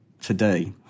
today